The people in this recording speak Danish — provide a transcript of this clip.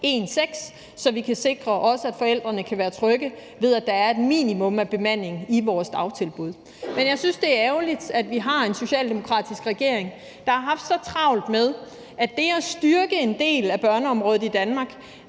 seks, så vi kan sikre, at forældrene kan være trygge ved, at der er et minimum af bemanding i vores dagtilbud. Men jeg synes, det er ærgerligt, at vi har en socialdemokratisk regering, der har haft så travlt med, at det at styrke en del af børneområdet i Danmark